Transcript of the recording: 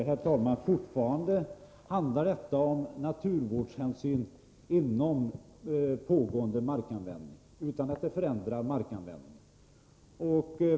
Herr talman! Fortfarande handlar detta om naturvårdshänsyn inom pågående markanvändning, utan att det förändrar markanvändningen.